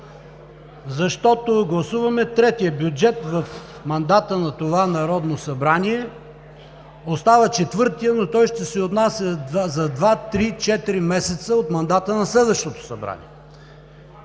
Защото гласуваме третия бюджет в мандата на това Народно събрание. Остава четвъртият, но той ще се отнася за два, три, четири месеца от мандата на следващото събрание.